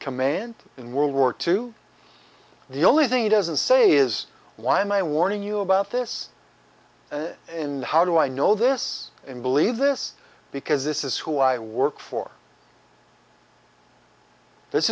command in world war two the only thing he doesn't say is why am i warning you about this in the how do i know this and believe this because this is who i work for this